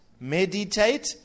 meditate